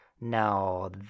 Now